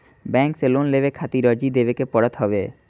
bank से loan लेवे खातिर अर्जी देवे के पड़त हवे